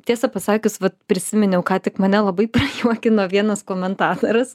tiesą pasakius vat prisiminiau ką tik mane labai prajuokino vienas komentatorius